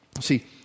See